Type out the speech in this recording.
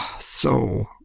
so